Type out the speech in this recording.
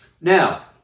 Now